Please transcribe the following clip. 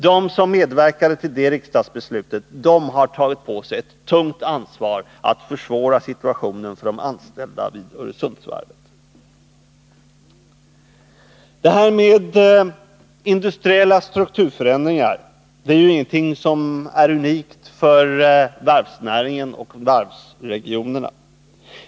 De som medverkade till det riksdagsbeslutet har tagit på sig ett stort ansvar genom att försvåra situationen för de anställda vid Öresundsvarvet. Industriella strukturförändringar är ingenting som är unikt för varvsnäringen och varvsregionerna.